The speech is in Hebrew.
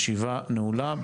הישיבה נעולה.